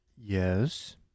Yes